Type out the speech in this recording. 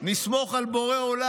נסמוך על בורא עולם.